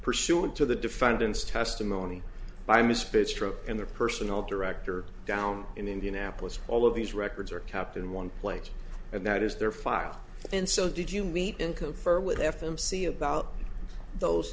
pursuant to the defendant's testimony by misfit's truck and the personnel director down in indianapolis all of these records are kept in one place and that is their file and so did you meet and cofer with f m c about those